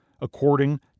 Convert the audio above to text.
according